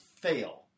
fail